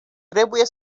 trebuie